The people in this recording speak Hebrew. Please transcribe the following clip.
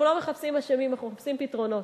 אנחנו לא מחפשים אשמים, אנחנו מחפשים פתרונות,